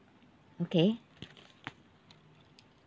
okay